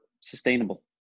sustainable